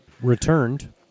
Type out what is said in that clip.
returned